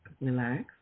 relax